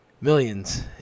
millions